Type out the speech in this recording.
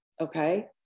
Okay